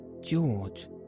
George